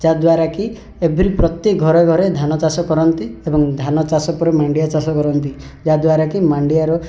ଯାଦ୍ଵାରା କି ଏଭ୍ରୀ ପ୍ରତ୍ୟେକ ଘରେ ଘରେ ଧାନ ଚାଷ କରନ୍ତି ଏବଂ ଧାନ ଚାଷ ପରେ ମାଣ୍ଡିଆ ଚାଷ କରନ୍ତି ଯାଦ୍ଵାରା କି ମାଣ୍ଡିଆର